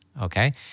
okay